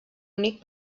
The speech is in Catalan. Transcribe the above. únic